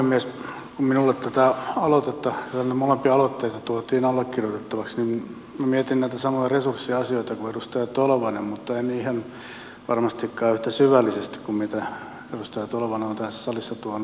kun minulle näitä molempia aloitteita tuotiin allekirjoitettavaksi niin mietin näitä samoja resurssiasioita kuin edustaja tolvanen mutta en ihan varmastikaan yhtä syvällisesti kuin edustaja tolvanen on tässä salissa tuonut esille